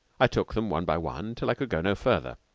i took them one by one till i could go no further.